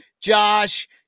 Josh